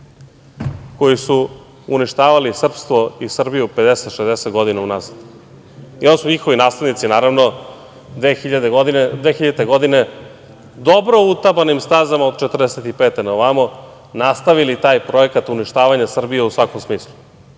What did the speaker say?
koji su uništavali srpstvo i Srbiju 50, 60 godina unazad. Onda su njihovi naslednici, naravno, 2000. godine dobro utabanim stazama od 1945. godine na ovamo nastavili taj projekat uništavanja Srbije u svakom smislu